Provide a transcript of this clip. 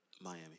Miami